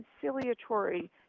conciliatory